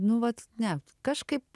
nu vat ne kažkaip